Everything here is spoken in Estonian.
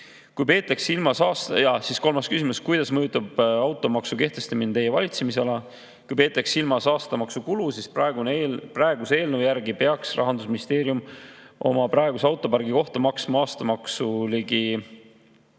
Kui peetakse silmas aastamaksu kulu, siis eelnõu järgi peaks Rahandusministeerium oma praeguse autopargi kohta maksma aastamaksu ligi